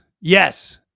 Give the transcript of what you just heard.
yes